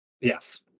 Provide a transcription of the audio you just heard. Yes